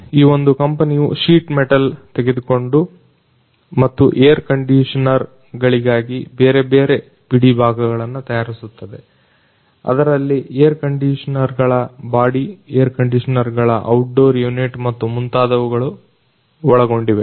ಈ ಒಂದು ಕಂಪನಿಯು ಶೀಟ್ ಮೆಟಲ್ ತೆಗೆದುಕೊಂಡು ಮತ್ತು ಏರ್ ಕಂಡೀಷನರ್ ಗಳಿಗಾಗಿ ಬೇರೆ ಬೇರೆ ಬಿಡಿಭಾಗಗಳನ್ನು ತಯಾರಿಸುತ್ತದೆ ಅದರಲ್ಲಿ ಏರ್ ಕಂಡೀಷನರ್ ಗಳ ಬಾಡಿ ಏರ್ ಕಂಡೀಷನರ್ ಗಳ ಔಟ್ ಡೋರ್ ಯೂನಿಟ್ ಮತ್ತು ಮುಂತಾದವುಗಳು ಒಳಗೊಂಡಿವೆ